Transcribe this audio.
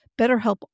BetterHelp